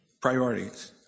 priorities